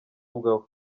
umukobwa